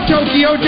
Tokyo